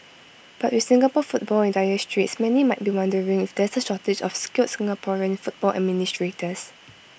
but with Singapore football in dire straits many might be wondering if there's A shortage of skilled Singaporean football administrators